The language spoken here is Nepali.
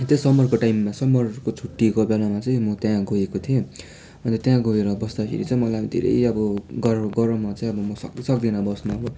त्यहाँ समरको टाइममा समरको छुट्टीको बेलामा चाहिँ म त्यहाँ गएको थिएँ अन्त त्यहाँ गएर बस्दाखेरि चाहिँ मलाई धेरै अब गरम गरममा चाहिँ अब म सक्दै सक्दिनँ बस्न अब